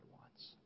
wants